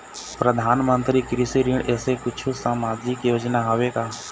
परधानमंतरी कृषि ऋण ऐसे कुछू सामाजिक योजना हावे का?